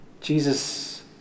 Jesus